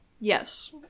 Yes